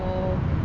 um